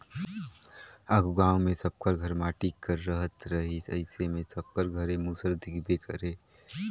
आघु गाँव मे सब कर घर माटी कर रहत रहिस अइसे मे सबकर घरे मूसर दिखबे करे